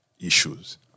issues